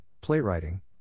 playwriting